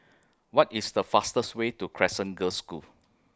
What IS The fastest Way to Crescent Girls' School